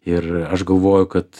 ir aš galvoju kad